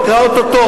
תקרא אותו טוב,